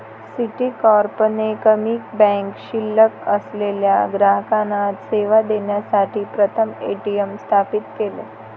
Citicorp ने कमी bank शिल्लक असलेल्या ग्राहकांना सेवा देण्यासाठी प्रथम ए.टी.एम स्थापित केले